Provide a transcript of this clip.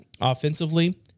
Offensively